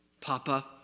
Papa